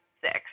six